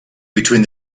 between